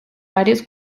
varios